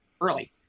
early